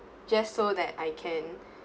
just so that I can